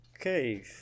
Okay